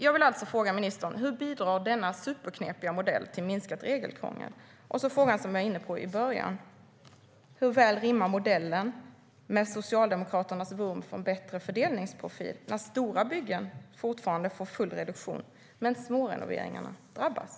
Jag vill alltså fråga ministern hur denna superknepiga modell bidrar till minskat regelkrångel. Och så har vi frågan som jag var inne på i början: Hur väl rimmar denna modell med Socialdemokraternas vurm för en bättre fördelningsprofil när stora byggen fortfarande får full reduktion medan smårenoveringarna drabbas?